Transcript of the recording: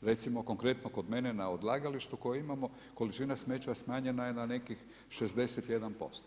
recimo konkretno kod mene na odlagalištu koje imamo, količina smeća smanjena je na nekih 61%